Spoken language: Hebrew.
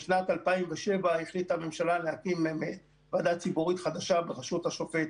בשנת 2007 החליטה הממשלה להקים ועדה ציבורית חדשה בראשות השופט